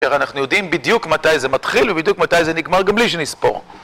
אנחנו יודעים בדיוק מתי זה מתחיל ובדיוק מתי זה נגמר גם בלי שנספור